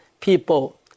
people